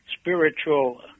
spiritual